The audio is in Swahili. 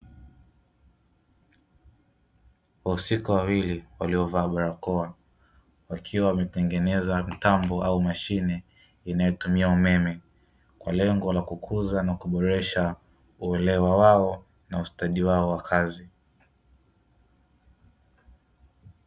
Wahusika wawili waliovaa barakoa, wakiwa wametengeneza mtambo au mashine inayotumia umeme, kwa lengo la kukuza na kuboresha uelewa wao na ustadi wao wa kazi.